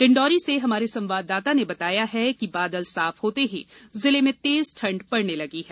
डिण्डोरी से हमारे संवाददाता ने बताया है कि बादल साफ होते ही जिले में तेज ठंड पड़ने लगी हैं